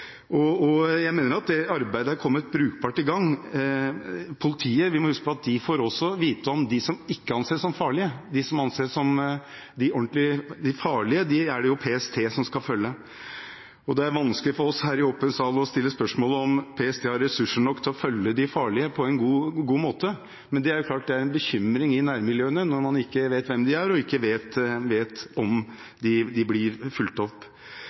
Jeg mener at det arbeidet er kommet brukbart i gang. Vi må huske på at politiet også får vite om dem som ikke anses som farlige; de som anses som de farlige, er det PST som skal følge. Det er vanskelig for oss her, i åpen sal, å stille spørsmålet om PST har ressurser nok til å følge de farlige på en god måte, men det er klart at det er en bekymring i nærmiljøene når man ikke vet hvem de er, og ikke vet om de blir fulgt opp.